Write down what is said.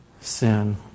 sin